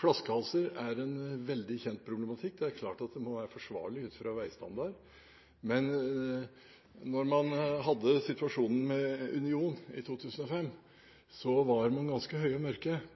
Flaskehalser er en veldig kjent problematikk. Det er klart at det må være forsvarlig ut fra veistandard. Men da man hadde situasjonen med Union i 2005,